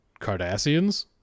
Cardassians